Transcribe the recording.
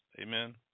Amen